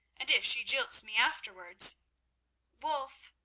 and if she jilts me afterwards wulf,